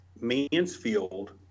Mansfield